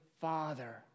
Father